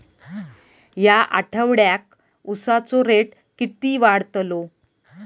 या आठवड्याक उसाचो रेट किती वाढतलो?